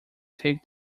take